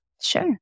Sure